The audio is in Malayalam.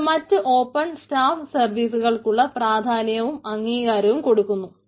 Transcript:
അത് മറ്റ് ഓപ്പൺ സ്റ്റാഫ് സർവീസുകൾക്കുള്ള പ്രാധാന്യവും അംഗീകാരവും കൊടുക്കുന്നു